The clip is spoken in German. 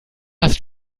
hast